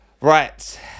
Right